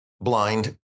blind